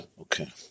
okay